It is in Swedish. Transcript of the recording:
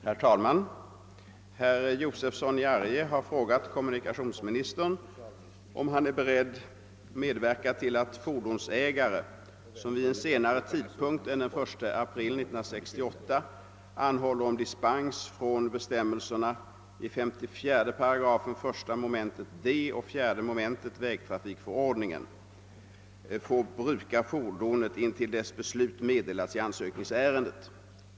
Herr talman! Herr Josefson i Arrie har frågat kommunikationsministern, om han är beredd medverka till att fordonsägare, som vid en senare tidpunkt än den 1 april 1968 anhåller om dispens från bestämmelserna i 54 8 1 mom. d och 4 mom. vägtrafikförordningen, får bruka fordonet intill dess beslut meddelats i ansökningsärendet.